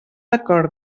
acord